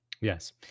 yes